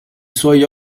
suoi